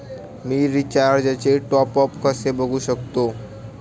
मी रिचार्जचे टॉपअप कसे बघू शकतो?